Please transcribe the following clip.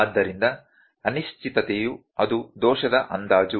ಆದ್ದರಿಂದ ಅನಿಶ್ಚಿತತೆಯು ಅದು ದೋಷದ ಅಂದಾಜು